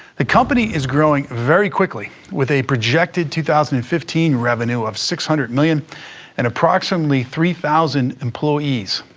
the company is growing very quickly with a projected two thousand and fifteen revenue of six hundred million and approximately three thousand employees.